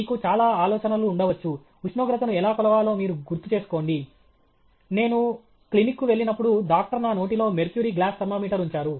మీకు చాలా ఆలోచనలు ఉండవచ్చు ఉష్ణోగ్రతను ఎలా కొలవాలో మీరు గుర్తుచేసుకోండి నేను క్లినిక్కు వెళ్ళినప్పుడు డాక్టర్ నా నోటిలో మెర్క్యూరీ గ్లాస్ థర్మామీటర్ ఉంచారు